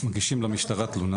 מגישים למשטרה תלונה.